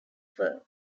firm